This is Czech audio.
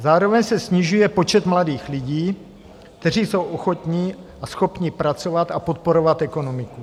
Zároveň se snižuje počet mladých lidí, kteří jsou ochotni a schopni pracovat a podporovat ekonomiku.